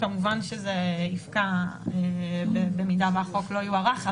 כמובן שזה יפקע במידה מהחוק לא יוארך.